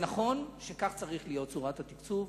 נכון שזו צריכה להיות צורת התקצוב.